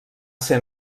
ser